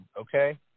Okay